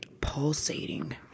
pulsating